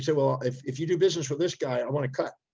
so well, if if you do business with this guy, i want a cut.